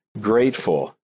grateful